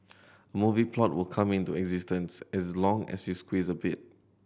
movie plot will come into existence as long as you squeeze a bit